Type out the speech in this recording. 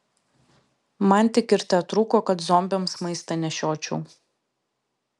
man tik ir tetrūko kad zombiams maistą nešiočiau